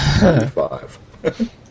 Five